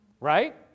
Right